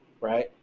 right